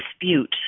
dispute